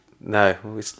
No